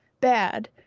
bad